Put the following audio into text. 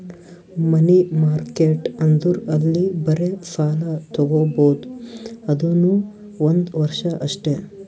ಮನಿ market ಅಂದುರ್ ಅಲ್ಲಿ ಬರೇ ಸಾಲ ತಾಗೊಬೋದ್ ಅದುನೂ ಒಂದ್ ವರ್ಷ ಅಷ್ಟೇ